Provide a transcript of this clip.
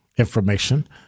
Information